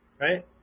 right